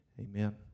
Amen